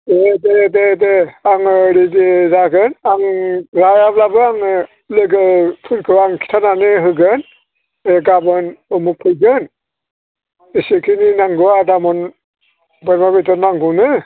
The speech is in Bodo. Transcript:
दे दे दे दे आङो रेडि जागोन आं लायाब्लाबो आङो लोगोफोरखौ आं खिथानानै होगोन जे गाबोन उमुग फैगोन एसेखिनि नांगौ आदामन बोरमा बेदर नांगौनो